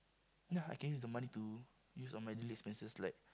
ya I can use the money to use on my daily expenses like